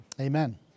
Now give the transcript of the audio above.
Amen